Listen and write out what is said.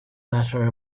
latter